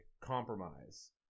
compromise